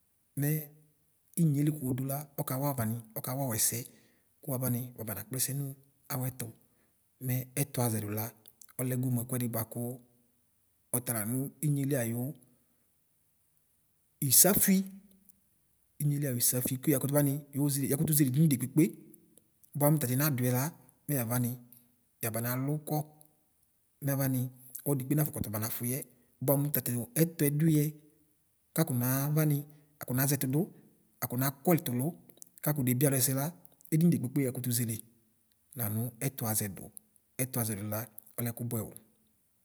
Mɛ inyeli kʋ wʋdʋ la ɔkawa vaw ɔkawʋ ɛsɛ kʋ wavaw wabana kplɛsɛ nawʋɛtʋ mɛ ɛtʋzɛdʋ la ɔlɛ goo miʋ ɛkʋɛdi kʋ ɔtala wʋ inyeli ayʋ isafʋi inyeliayʋ ʒsafʋi kʋ yakʋtʋ vani yoʒele yatʋtʋ ʒele edinidi kpekpe bʋa mʋ tɛdiɛ nadʋyɛ la mɛ yavani yabana lʋkɔ mɛ avani ɔlɔdikpe bi naba ƒʋyɛ bʋamʋ tatʋ ɛtʋɛ dʋyɛ kakɔ navani akɔnaʒɛtʋ dʋ akɔnakɔ ɛtʋ lʋ kakɔ nebie alʋ ɛsɛ la edini dikpepke yakʋtʋ ʒele lanʋ ɛtʋ azɛdʋ ɛtʋ azɛdʋ la lɛ ɛtʋ bʋɛ o.